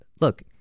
look